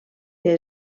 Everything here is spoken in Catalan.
que